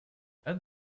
and